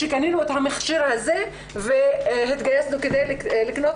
כשקנינו את המכשיר הזה והתגייסנו כדי לקנות